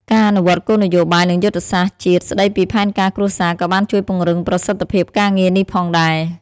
ការអនុវត្តន៍គោលនយោបាយ និងយុទ្ធសាស្ត្រជាតិស្តីពីផែនការគ្រួសារក៏បានជួយពង្រឹងប្រសិទ្ធភាពការងារនេះផងដែរ។